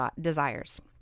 desires